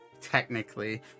technically